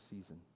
season